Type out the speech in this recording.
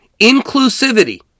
inclusivity